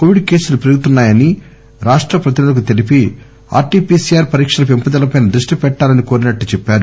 Covid కేసులు పెరుగుతున్నాయని రాష్షప్రతినిధులకు తెలిపి R T P C R పరీక్షల పెంపుదలపై దృష్షి పెట్టాలని కోరినట్టు చెప్పారు